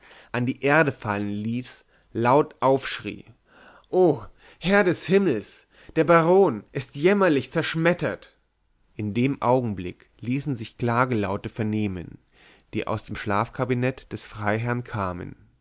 an die erde fallen ließ laut aufschrie o herr des himmels der baron ist jämmerlich zerschmettert in dem augenlick ließen sich klagelaute vernehmen die aus dem schlafkabinett des freiherrn kamen